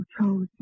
chose